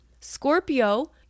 scorpio